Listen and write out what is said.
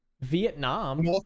Vietnam